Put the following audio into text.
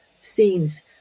scenes